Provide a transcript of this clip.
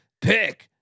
Pick